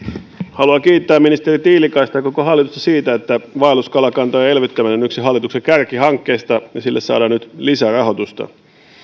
haluan kiittää ministeri tiilikaista ja koko hallitusta siitä että vaelluskalakantojen elvyttäminen on yksi hallituksen kärkihankkeista ja sille saadaan nyt lisärahoitusta